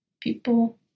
People